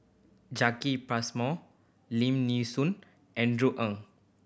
Jacki Passmore Lim Nee Soon Andrew Ang